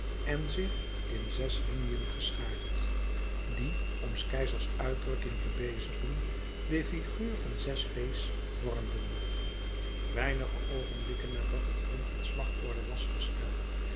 en zich in zes liniën geschaard die om s keizers uitdrukking te bezigen de figuur van zes v's vormden weinige oogenblikken nadat het front in slagorde was gesteld